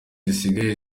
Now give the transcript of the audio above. zisigaye